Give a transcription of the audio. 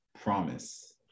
promise